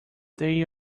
they